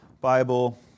Bible